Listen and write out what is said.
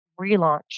relaunch